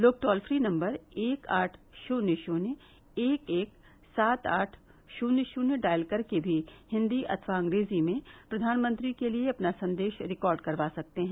लोग toll free number एक आठ शून्य शून्य एक एक सात आठ शून्य शून्य डायल करके भी हिन्दी अथवा अंग्रेजी में प्रधानमंत्री के लिए अपना संदेश रिकार्ड करवा सकते हैं